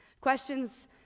Questions